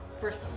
first